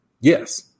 Yes